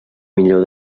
millor